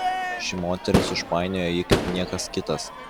ši moteris užpainiojo jį kaip niekas kitas